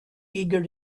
eager